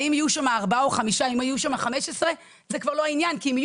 האם יהיו שם 4-5 או 15 זה כבר לא העניין כי אם יהיו